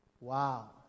wow